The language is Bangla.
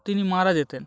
তিনি মারা যেতেন